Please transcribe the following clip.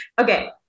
Okay